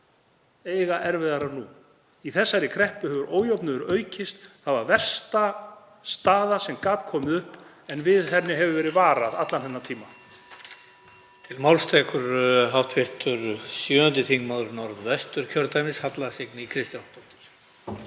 eiga erfiðara nú. Í þessari kreppu hefur ójöfnuður aukist. Það var versta staðan sem komið gat upp, en við henni hefur verið varað allan þennan tíma.